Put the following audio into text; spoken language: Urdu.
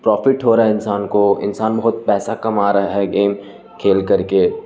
پرافٹ ہو رہا ہے انسان کو انسان بہت پیسہ کم آ رہا ہے گیم کھیل کر کے